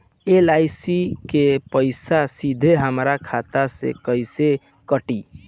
LIC के पईसा सीधे हमरा खाता से कइसे कटी?